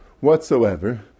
whatsoever